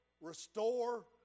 restore